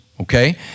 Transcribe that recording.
okay